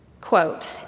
Quote